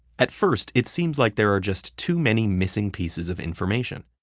at first, it seems like there are just too many missing pieces of information.